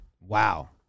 Wow